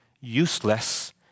useless